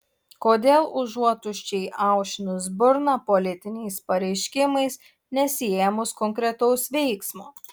kodėl užuot tuščiai aušinus burną politiniais pareiškimais nesiėmus konkretaus veiksmo